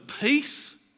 Peace